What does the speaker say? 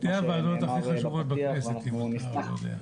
שתי הוועדות הכי חשובות בכנסת, מותר לי להודיע.